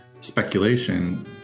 speculation